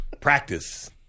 Practice